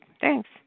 Thanks